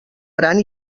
gran